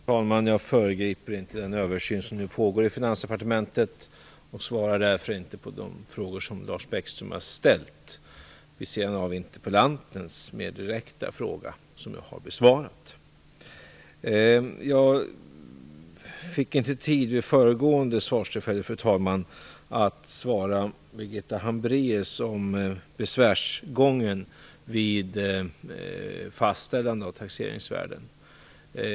Fru talman! Jag föregriper inte den översyn som nu pågår i Finansdepartementet och svarar därför inte på de frågor som Lars Bäckström har ställt vid sidan av interpellantens mera direkta fråga, vilken jag har besvarat. Jag fick inte tid vid föregående svarstillfälle, fru talman, att ge Birgitta Hambraeus svar beträffande besvärsgången vid fastställandet av taxeringsvärden.